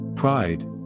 Pride